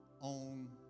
on